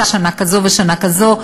שנה כזו ושנה כזו.